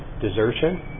desertion